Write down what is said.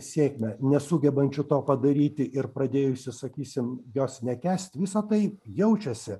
sėkmę nesugebančių to padaryti ir pradėjusių sakysim jos nekęst visa tai jaučiasi